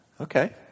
Okay